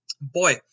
Boy